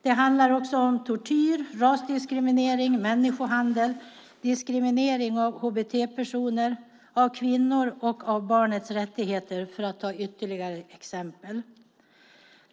Det handlar också om tortyr, rasdiskriminering, människohandel, diskriminering av hbt-personer, av kvinnor och av barnets rättigheter.